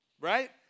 right